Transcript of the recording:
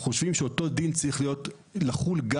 אנחנו חושבים שאותו דין צריך לחול גם